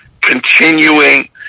continuing